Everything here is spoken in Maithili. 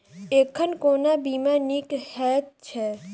एखन कोना बीमा नीक हएत छै?